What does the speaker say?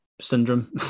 syndrome